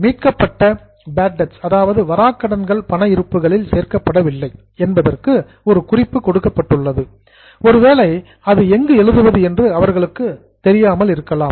மீட்கப்பட்ட bad debts வராக்கடன்கள் பண இருப்புகளில் சேர்க்கப்படவில்லை என்பதற்கு ஒரு குறிப்பு கொடுக்கப்பட்டுள்ளது பெர்ஹாப்ஸ் ஒருவேளை அதை எங்கு எழுதுவது என்று அவர்களுக்கு தெரியாமல் இருக்கலாம்